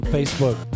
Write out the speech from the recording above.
Facebook